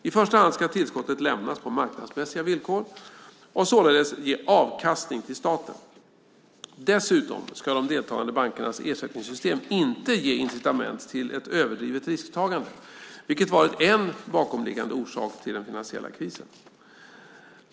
I första hand ska tillskottet lämnas på marknadsmässiga villkor och således ge avkastning till staten. Dessutom ska de deltagande bankernas ersättningssystem inte ge incitament till ett överdrivet risktagande, vilket varit en bakomliggande orsak till den finansiella krisen.